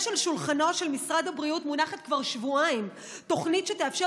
על שולחנו של משרד הבריאות מונחת כבר שבועיים תוכנית שתאפשר